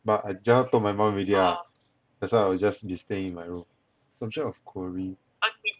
but I just now told my mom already ah that's why I will just be staying in my room subject of korea